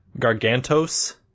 Gargantos